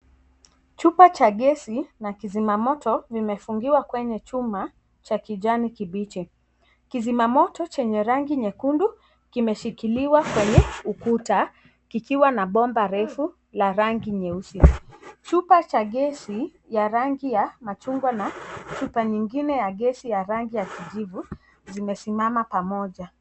Chupa cha gesi na kizima moto imefungiwa kwenye chumacha kijani kibichi. Kizima moto chenye rangi nyekundu kimeshikiliwa kwenye ukuta kikiwa na bomba refu la rangi nyeusi. Chupa cha gesi ya rangi ya machungwa na chupa nyingine ya gesi yan rangi ya kijivu kimesimama pamoja.